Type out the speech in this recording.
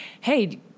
hey –